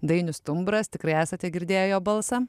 dainius stumbras tikrai esate girdėję jo balsą